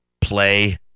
play